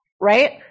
right